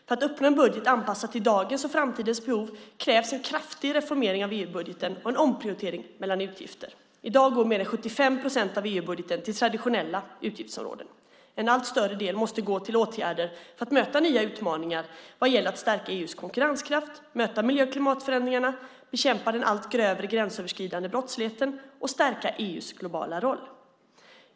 För att uppnå en budget anpassad till dagens och framtidens behov krävs en kraftig reformering av EU-budgeten och en omprioritering mellan utgifter. I dag går mer än 75 procent av EU-budgeten till traditionella utgiftsområden. En allt större del måste gå till åtgärder för att möta nya utmaningar vad gäller att stärka EU:s konkurrenskraft, möta miljö och klimatförändringarna, bekämpa den allt grövre gränsöverskridande brottsligheten och stärka EU:s globala roll.